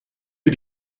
für